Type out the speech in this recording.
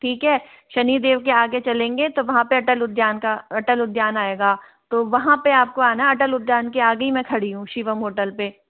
ठीक है शनि देव के आगे चलेंगे तो वहाँ पर अटल उद्यान का अटल उद्यान आएगा तो वहाँ पे आपको आना है अटल उद्यान के आगे ही मैं खड़ी हूँ शिवम होटल पर